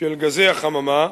של גזי החממה,